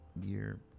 year